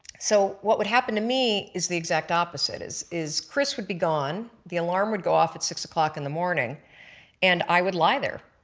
so what would happen to me is the exact opposite, is is chris would be gone the alarm would go off at six o'clock in the morning and i would lie there.